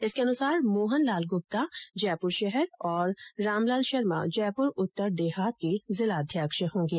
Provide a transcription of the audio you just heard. इसके अनुसार मोहन लाल ग्प्ता जयप्र शहर और रामलाल शर्मा जयप्र उत्तर देहात के जिला अध्यक्ष होंगे